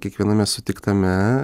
kiekviename sutiktame